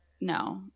no